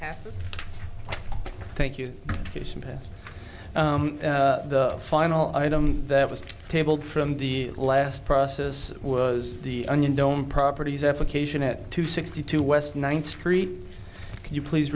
this thank you past the final item that was tabled from the last process was the onion dome properties application at two sixty two west ninth street can you please